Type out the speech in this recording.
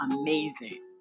amazing